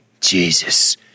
Jesus